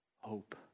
hope